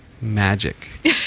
Magic